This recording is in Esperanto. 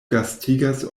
gastigas